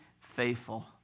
faithful